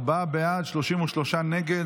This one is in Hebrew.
ארבעה בעד, 33 נגד.